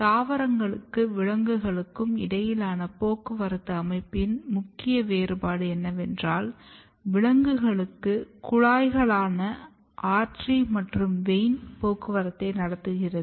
தாவரங்களுக்கும் விலங்குகளுக்கும் இடையிலான போக்குவரத்து அமைப்பின் முக்கிய வேறுபாடு என்னவென்றால் விலங்குகளுக்கு குழாய்களான அர்டேரி மற்றும் வெய்ன் போக்குவரத்தை நடத்துகிறது